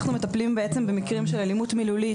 אנחנו מטפלים בעצם במקרים של אלימות מילולית,